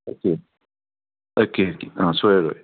okay okay